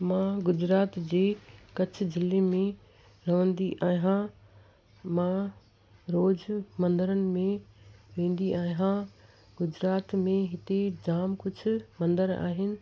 मां गुजरात जे कच्छ ज़िले में रहंदी आहियां मां रोज़ु मंदरनि में वेंदी आहियां गुजरात में हिते जाम कुझु मंदर आहिनि